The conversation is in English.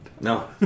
No